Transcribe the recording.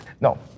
no